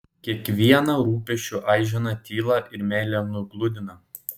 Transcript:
kiekvieną rūpesčio aiženą tyla ir meile nugludina